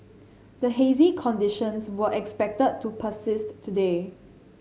the hazy conditions were expected to persist today